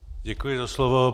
Děkuji za slovo.